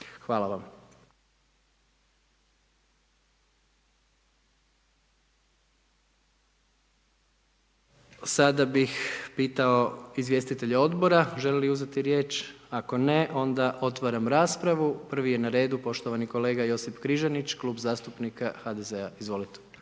(HDZ)** Sada bih pitao izvjestitelja odbora žele li uzeti riječ? Ako ne onda otvaram raspravu. Prvi je na redu poštovani kolega Josip Križanić, Klub zastupnika HDZ-a. Izvolite.